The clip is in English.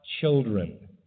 children